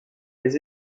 les